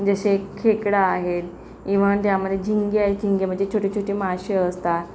जसे खेकडा आहेत इव्हन त्यामध्ये झिंगे आहेत झिंगे म्हणजे छोटे छोटे मासे असतात